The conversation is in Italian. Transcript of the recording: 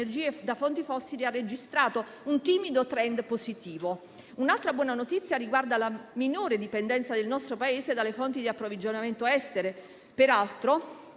Un'altra buona notizia riguarda la minore dipendenza del nostro Paese dalle fonti di approvvigionamento estere,